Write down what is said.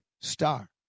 star